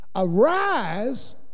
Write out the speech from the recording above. Arise